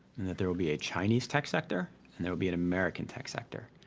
and that there will be a chinese tech sector and there will be an american tech sector.